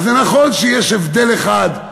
אז זה נכון שיש הבדל אחד,